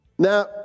Now